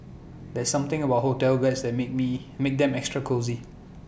there's something about hotel beds that make me makes them extra cosy